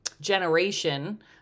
generation